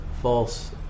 false